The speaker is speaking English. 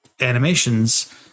animations